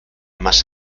más